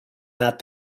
that